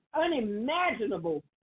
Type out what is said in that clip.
unimaginable